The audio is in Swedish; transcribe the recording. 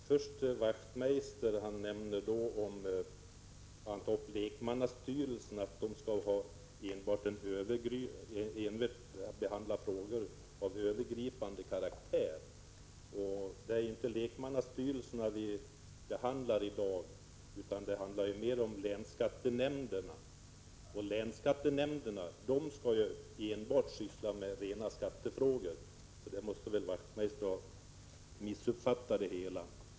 Herr talman! Knut Wachtmeister sade att lekmannastyrelserna endast skall behandla frågor av övergripande karaktär. Men det är inte lekmannastyrelserna som vi i dag sysslar med utan länsskattenämnderna. De skall enbart syssla med rena skattefrågor. Där måste väl Knut Wachtmeister ha missuppfattat det hela.